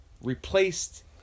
replaced